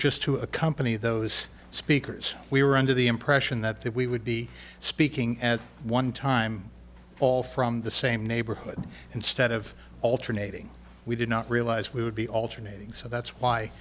just to accompany those speakers we were under the impression that that we would be speaking at one time all from the same neighborhood instead of alternating we did not realize we would be alternating so that's why